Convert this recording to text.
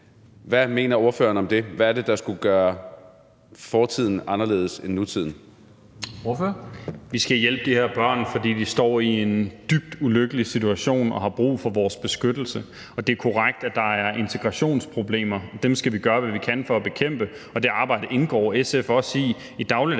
Dam Kristensen): Ordføreren. Kl. 17:08 Carl Valentin (SF): Vi skal hjælpe de her børn, fordi de står i en dybt ulykkelig situation og har brug for vores beskyttelse. Det er korrekt, at der er integrationsproblemer, og dem skal vi gøre, hvad vi kan, for at bekæmpe, og i dagligdagen indgår SF også i det